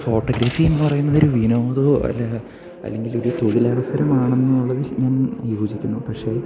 photography എന്നു പറയുന്നത് ഒരു വിനോദമോ അല്ല അല്ലെങ്കിൽ ഒരു തൊഴിലവസരമാണെന്നുള്ളത് ഞാൻ യോജിക്കുന്നു പക്ഷേ